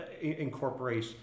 incorporate